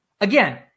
again